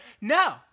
No